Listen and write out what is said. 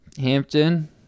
Hampton